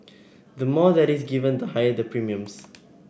the more that is given the higher the premiums